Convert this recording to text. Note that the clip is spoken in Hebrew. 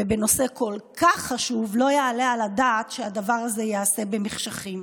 ובנושא כל כך חשוב לא יעלה על הדעת שהדבר הזה ייעשה במחשכים.